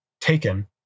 taken